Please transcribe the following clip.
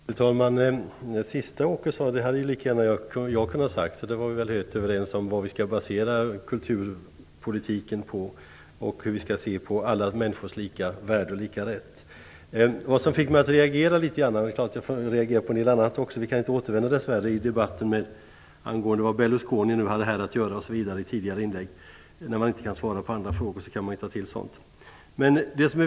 Fru talman! Det som Åke Gustavsson sade sist kunde jag lika gärna ha sagt. Vi är väl överens om vad vi skall basera kulturpolitiken på och hur vi ser på alla människors lika värde och rätt. Jag reagerade på en del annat av det Åke Gustavsson sade. Vi kan dess värre inte återvända till den tidigare debatten om vad Berlusconi hade här att göra. När man inte kan svara på andra frågor tar man till sådant.